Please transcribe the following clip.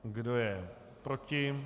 Kdo je proti?